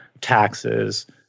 taxes